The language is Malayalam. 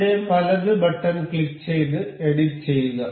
ഇവിടെ വലത് ബട്ടൺ ക്ലിക്കുചെയ്ത് എഡിറ്റുചെയ്യുക